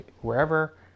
wherever